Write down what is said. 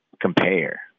compare